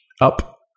up